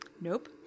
Nope